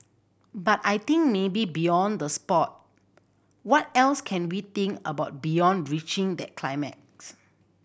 but I think maybe beyond the sport what else can we think about beyond reaching that climax